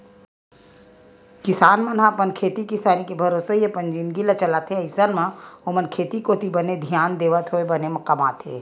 किसान मन ह तो अपन खेती किसानी के भरोसा ही अपन जिनगी ल चलाथे अइसन म ओमन खेती कोती बने धियान देवत होय बने कमाथे